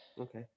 Okay